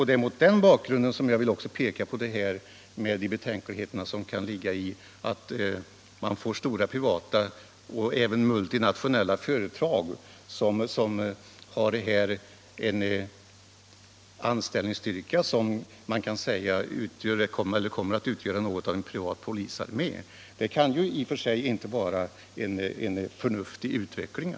Det är mot den bakgrunden jag vill visa på det betänkliga i att vi får stora privatägda företag — även multinationella sådana — vars anställda kan sägas utgöra privata polisarméer. Det kan inte vara en förnuftig utveckling.